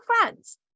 friends